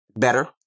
better